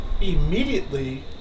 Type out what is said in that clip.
immediately